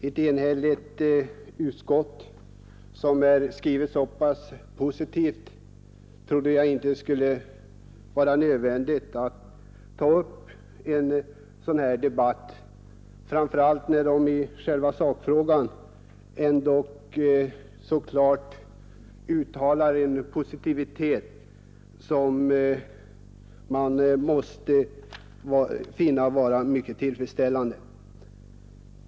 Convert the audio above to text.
När ett enigt utskott har skrivit så pass positivt trodde jag inte det skulle vara nödvändigt att ta upp en sådan här debatt, framför allt när utskottet i själva sakfrågan ändå så klart uttalar en positivitet som man måste finna tillfredsställande.